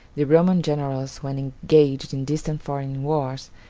the roman generals, when engaged in distant foreign wars,